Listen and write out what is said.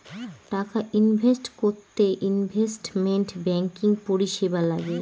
টাকা ইনভেস্ট করতে investment banking পরিষেবা লাগে